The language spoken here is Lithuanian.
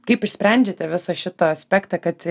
kaip išsprendžiate visą šitą aspektą kad